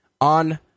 on